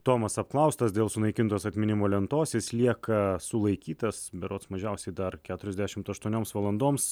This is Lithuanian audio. tomas apklaustas dėl sunaikintos atminimo lentos jis lieka sulaikytas berods mažiausiai dar keturiasdešimt aštuonioms valandoms